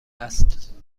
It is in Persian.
است